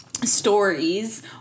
stories